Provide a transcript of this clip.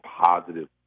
positive